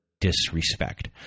disrespect